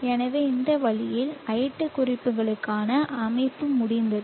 எனவே இந்த வழியில் iT குறிப்புகளுக்கான அமைப்பு முடிந்தது